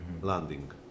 Landing